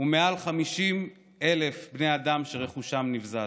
ומעל 50,000 בני אדם, רכושם נבזז.